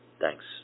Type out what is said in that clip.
Thanks